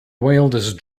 wildest